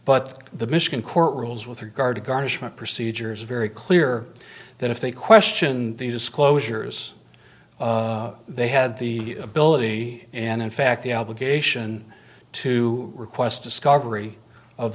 but the michigan court rules with regard to garnishment procedures are very clear that if they questioned the disclosures they had the ability and in fact the obligation to request discovery of